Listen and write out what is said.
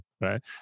right